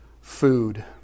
food